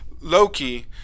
Loki